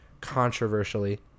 controversially